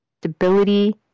stability